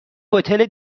هتل